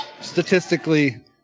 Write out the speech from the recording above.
statistically